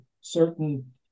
certain